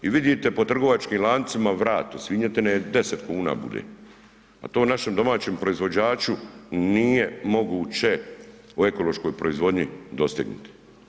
I vidite po trgovačkim lancima vrat od svinjetine 10 kuna bude a to našem domaćem proizvođaču nije moguće u ekološkoj proizvodnji dostignuti.